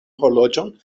horloĝon